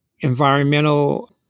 environmental